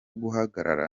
guhagarara